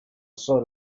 sort